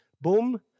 boom